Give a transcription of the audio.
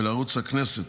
ועל ערוץ הכנסת,